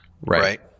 right